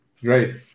Great